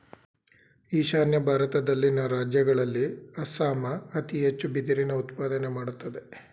ಈಶಾನ್ಯ ಭಾರತದಲ್ಲಿನ ರಾಜ್ಯಗಳಲ್ಲಿ ಅಸ್ಸಾಂ ಅತಿ ಹೆಚ್ಚು ಬಿದಿರಿನ ಉತ್ಪಾದನೆ ಮಾಡತ್ತದೆ